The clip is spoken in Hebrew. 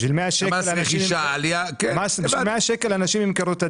בשביל מאה ₪ אנשים ימכרו את הדירה.